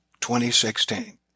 2016